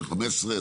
15,000,